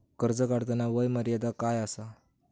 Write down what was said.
कर्ज काढताना वय मर्यादा काय आसा?